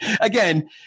Again